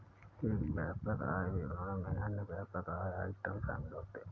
एक व्यापक आय विवरण में अन्य व्यापक आय आइटम शामिल होते हैं